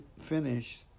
finish